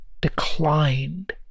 declined